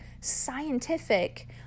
scientific